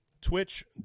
Twitch